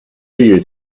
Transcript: you